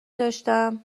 داشتم